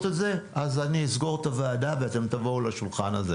את זה אני אסגור את הוועדה ואתם תבואו לשולחן הזה